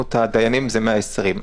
כמות הדיינים הם 120,